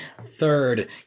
Third